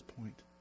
point